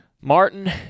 Martin